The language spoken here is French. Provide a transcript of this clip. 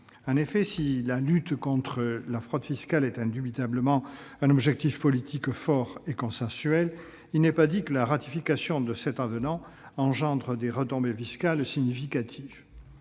en effet, si la lutte contre la fraude fiscale est indubitablement un objectif politique fort et consensuel, il n'est pas dit que la ratification de cet avenant engendre des retombées fiscales significatives.